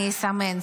אני אסיים,